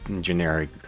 generic